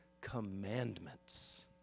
Commandments